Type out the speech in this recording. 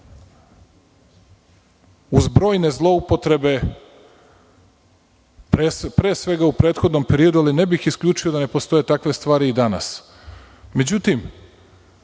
uz brojne zloupotrebe, pre svega u prethodnom periodu, ali ne bih isključio da ne postoje takve stvari i danas.Međutim,